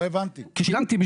כי שילמתי,